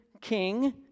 king